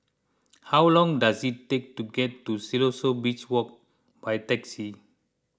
how long does it take to get to Siloso Beach Walk by taxi